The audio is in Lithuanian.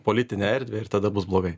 politinę erdvę ir tada bus blogai